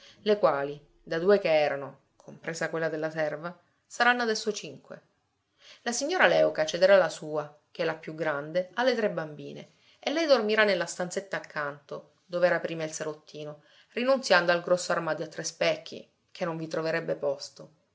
le quali da due che erano compresa quella della serva saranno adesso cinque la signora léuca cederà la sua che è la più grande alle tre bambine e lei dormirà nella stanzetta accanto dov'era prima il salottino rinunziando al grosso armadio a tre specchi che non vi troverebbe posto